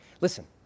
Listen